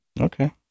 Okay